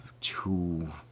two